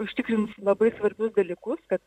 užtikrins labai svarbius dalykus kad